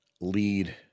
lead